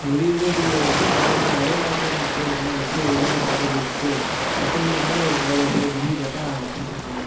விடிய விடிய டிவி ஓடுச்சுன்னா அவ்வளோ தான்ங்க ஒரே வாரத்துலேயே உங்களுக்கு போய்ருக்குமே எப்படி இவ்வளோ தூரம் தாக்குப் புடிச்சுச்சி அப்படின்ற மாதிரி ஒரு கடையில் போய் ரிவியூ கேட்டேன் அவங்க அப்படி சொன்னாங்க